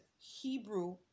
Hebrew